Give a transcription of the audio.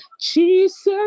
Jesus